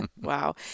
Wow